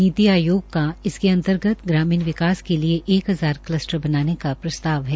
नीति आयोग का इसके अंतर्गत ग्रामीण विकास के लिए एक हजार कलस्टर बनाने का प्रस्ताव है